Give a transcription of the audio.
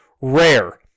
rare